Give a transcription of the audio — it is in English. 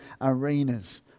arenas